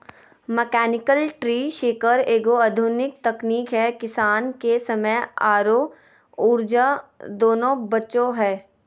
mechanical tree shaker एगो आधुनिक तकनीक है किसान के समय आरो ऊर्जा दोनों बचो हय